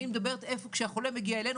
אני מדברת על חולה שמגיע אלינו,